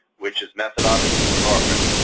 which is methadone and buprenorphine.